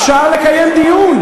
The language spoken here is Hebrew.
אפשר לקיים דיון.